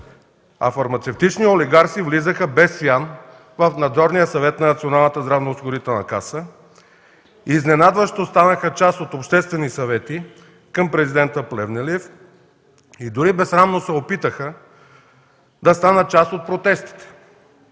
а фармацевтични олигарси влизаха без свян в Надзорния съвет на Националната здравноосигурителна каса и изненадващо станаха част от обществени съвети към президента Плевнелиев и дори безсрамно се опитаха да станат част от протестите.